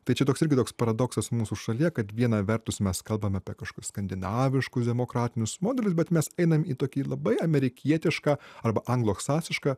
tai čia toks irgi toks paradoksas mūsų šalyje kad viena vertus mes kalbam apie kažkokius skandinaviškus demokratinius modelius bet mes einam į tokį labai amerikietišką arba angloksasišką